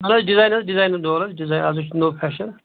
اَہَن حظ ڈِزایِن حظ ڈِزاینُک دورٕ ڈِزایِن اکھ زٕ چھُ نوٚو فیشَن